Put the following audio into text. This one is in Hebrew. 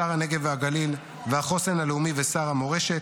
שר הנגב והגליל והחוסן הלאומי ושר המורשת,